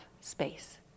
space